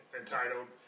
entitled